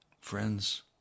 friends